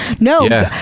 No